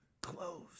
close